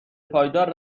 پایدار